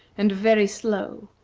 and very slow,